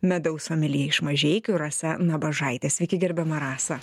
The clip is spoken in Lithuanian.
medaus somelje iš mažeikių rasa nabažaitė sveiki gerbiama rasa